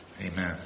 Amen